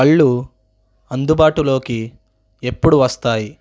పళ్ళు అందుబాటులోకి ఎప్పుడు వస్తాయి